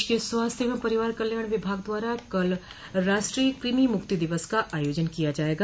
प्रदेश के स्वास्थ्य एवं परिवार कल्याण विभाग द्वारा कल राष्ट्रीय कृमि मुक्ति दिवस का आयोजन किया जायेगा